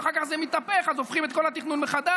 ואחר כך זה מתהפך אז הופכים את כל התכנון מחדש,